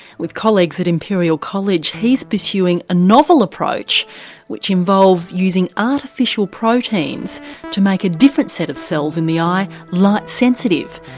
with colleagues at imperial college he's pursuing a novel approach which involves using artificial proteins to make a different set of cells in the eye light-sensitive,